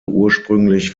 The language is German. ursprünglich